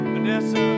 Vanessa